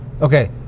okay